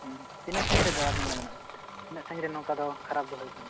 ᱦᱩᱸ ᱛᱤᱱᱟᱹᱜ ᱥᱟᱸᱜᱤᱧᱨᱮ ᱫᱚ ᱟᱵᱤᱱᱫᱚ ᱢᱮᱱᱟᱜ ᱵᱤᱱᱛᱮ ᱛᱤᱱᱟᱹᱜ ᱥᱟᱸᱜᱤᱱᱨᱮ ᱱᱚᱝᱠᱟ ᱫᱚ ᱠᱷᱟᱨᱟᱯ ᱫᱚ ᱦᱩᱭᱠᱟᱱ ᱛᱮ